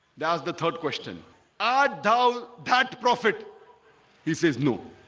does the third question ah down pat profit he says no